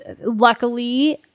luckily